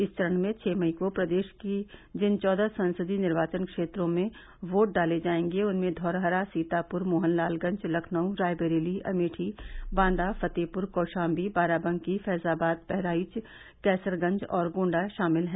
इस चरण में छह मई को प्रदेश के जिन चौदह संसदीय निर्वाचन क्षेत्रो में वोट डाले जायेंगे उनमें धौरहरा सीतापुर मोहनलालगंज लखनऊ रायबरेली अमेठी बांदा फतेहपुर कौशाम्बी बाराबंकी फैज़ाबाद बहराइच कैसरगंज और गोण्डा शामिल हैं